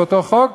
באותו חוק,